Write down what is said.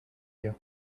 you